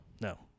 no